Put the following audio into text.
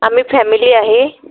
आम्ही फॅमिली आहे